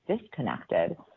disconnected